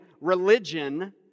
religion